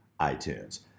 iTunes